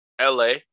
LA